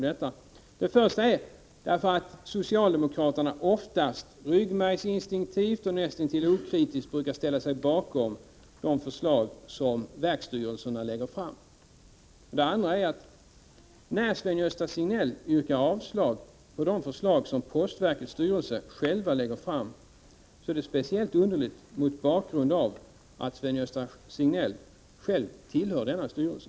Det första är: Socialdemokraterna brukar oftast ryggmärgsinstinktivt och nästintill okritiskt ställa sig bakom de förslag som verksstyrelserna lägger fram. Det andra är: När Sven-Gösta Signell yrkar avslag på det förslag som postverkets styrelse lägger fram, är det speciellt underligt mot bakgrund av att Sven-Gösta Signell själv tillhör denna styrelse.